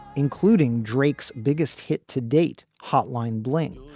including drake's biggest hit to date hotline bling,